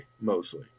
mostly